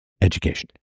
education